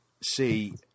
see